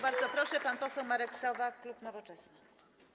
Bardzo proszę, pan poseł Marek Sowa, klub Nowoczesna.